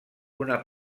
una